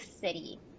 city